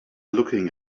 looking